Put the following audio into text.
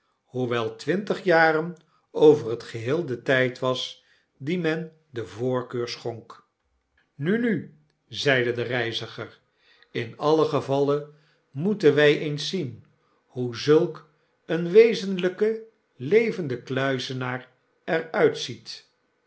twintig jaren over t geheel de tijd was dien men de voorkeur schonk nu nu zeide de reiziger in alien gevalle moeten wij eens zien hoe zulk een wezenlijke levende kluizenaar er uitziet